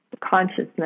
consciousness